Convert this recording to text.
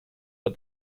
but